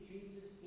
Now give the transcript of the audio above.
Jesus